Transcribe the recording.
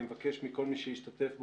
אני מבקש מכל מי שישתתף בו,